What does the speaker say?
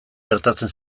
gertatzen